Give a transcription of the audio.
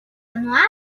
вануату